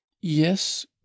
yes